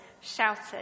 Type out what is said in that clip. shouted